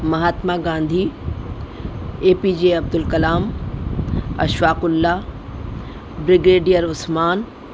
Mahatma Gandhi A P J Abdul Kalam Ashfaqullah brigadier Usman